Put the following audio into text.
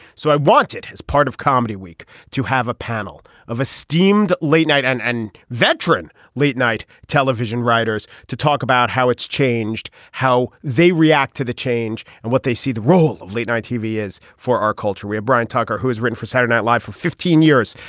so i want it as part of comedy week to have a panel of esteemed late night and and veteran late night television writers to talk about how it's changed how they react to the change and what they see the role of late night tv is for our culture where brian tucker who has written for saturday night live for fifteen years.